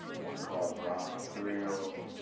one call bronze thrills,